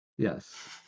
Yes